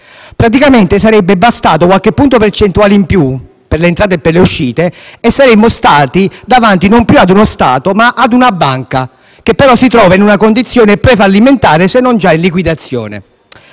praticamente, sarebbe bastato qualche punto percentuale in più tra entrate e uscite e saremmo stati davanti non più ad uno Stato, ma ad una banca, che però si trova in una condizione prefallimentare, se non già in liquidazione.